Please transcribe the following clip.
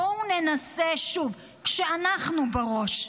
בואו ננסה שוב, כשאנחנו בראש.